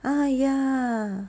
ah ya